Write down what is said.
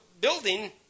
building